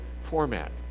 format